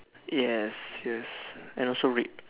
yes yes and also red